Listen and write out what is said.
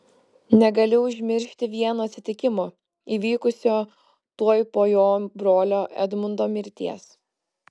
negaliu užmiršti vieno atsitikimo įvykusio tuoj po jo brolio edmundo mirties